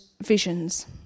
visions